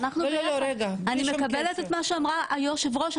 אני מקבלת את מה שאמרה היושבת ראש,